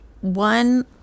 one